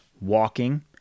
walking